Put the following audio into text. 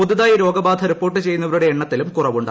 പുതുതായി രോഗബാധ റിപ്പോർട്ട് ചെയ്യുന്നവരുടെ എണ്ണത്തിലും കുറവുണ്ട്